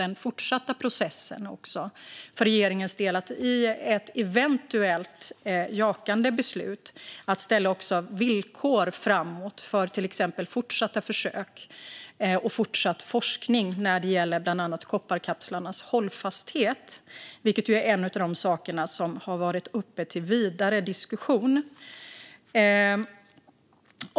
Det kommer att finnas möjligheter för regeringens del att vid ett eventuellt jakande beslut ställa villkor framgent för till exempel fortsatta försök och fortsatt forskning om bland annat kopparkapslarnas hållfasthet. Det är ju en av de saker som har varit uppe för vidare diskussion.